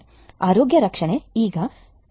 ಆದ್ದರಿಂದ ಆರೋಗ್ಯ ರಕ್ಷಣೆ ಈಗ ಒಂದು ದಿನ ಸುಧಾರಿಸಿದೆ